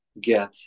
get